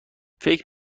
فکر